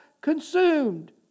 consumed